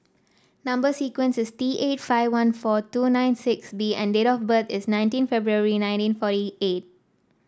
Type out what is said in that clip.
number sequence is T eight five one four two nine six B and date of birth is nineteen February nineteen forty eight